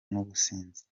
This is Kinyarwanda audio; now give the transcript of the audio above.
n’ubusinzi